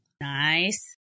Nice